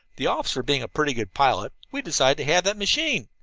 the officer being a pretty good pilot, we decided to have that machine.